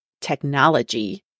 technology